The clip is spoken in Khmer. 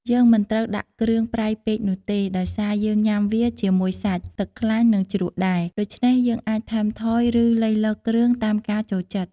យើងមិនត្រូវដាក់គ្រឿងប្រៃពេកនោះទេ ដោយសារយើងញុាំវាជាមួយសាច់ ទឹកខ្លាញ់ និងជ្រក់ដែរ ដូច្នេះយើងអាចថែមថយឬលៃលកគ្រឿងតាមការចូលចិត្ត។